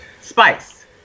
spice